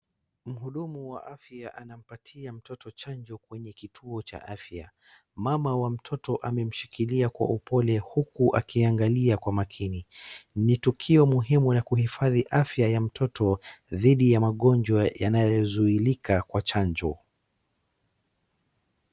Mhudumu wa afya anampatia mtoto chanjo kwenye kituo cha afya. Mama wa mtoto amemshikilia kwa upole huku akiangalia kwa makini. Ni tukio muhimu la kuhifadhi afya ya mtoto dhidi ya magonjwa yanayozuilika kwa chanjo.